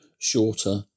Shorter